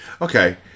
Okay